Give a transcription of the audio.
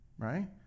Right